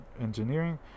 Engineering